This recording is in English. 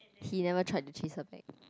he never tried to chase her back